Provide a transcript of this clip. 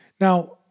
Now